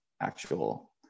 actual